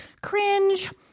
Cringe